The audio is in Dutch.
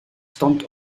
stond